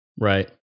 right